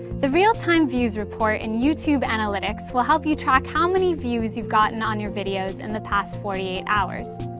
the real-time views report in youtube analytics will help you track how many views you've gotten on your videos in the past forty eight hours.